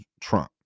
Trump